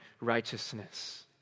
righteousness